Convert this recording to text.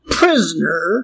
prisoner